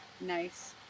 Nice